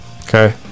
Okay